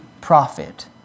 prophet